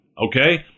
Okay